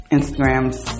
Instagram's